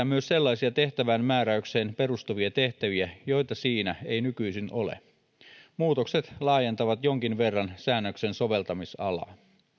myös sellaisia tehtävään määräykseen perustuvia tehtäviä joita siinä ei nykyisin ole muutokset laajentavat jonkin verran säännöksen soveltamisalaa